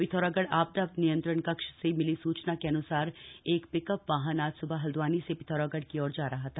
पिथौरागढ़ आपदा नियंत्रण कक्ष से मिली सूचना के अनुसार एक पिकअप वाहन आज सुबह हल्द्वानी से पिथौरागढ़ की ओर जा रहा था